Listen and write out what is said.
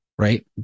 right